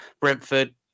Brentford